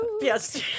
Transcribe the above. yes